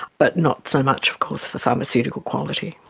but not so much of course for pharmaceutical quality.